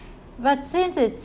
but since it's